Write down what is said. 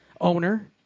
owner